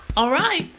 all right,